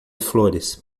flores